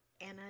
Anna